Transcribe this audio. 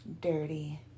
dirty